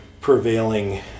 prevailing